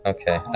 Okay